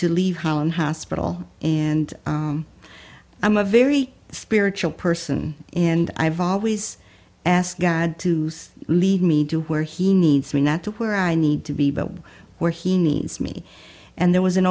to leave holland hospital and i'm a very spiritual person and i've always asked god to lead me to where he needs me not to where i need to be but where he needs me and there was an